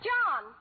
John